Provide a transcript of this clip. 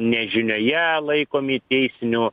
nežinioje laikomi teisinių